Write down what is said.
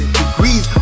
degrees